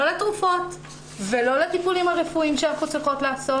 לא לתרופות ולא לטיפולים הרפואיים שאנחנו צריכות לעשות